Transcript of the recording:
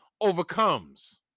overcomes